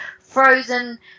frozen